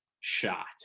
shot